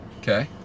Okay